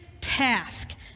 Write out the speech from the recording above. task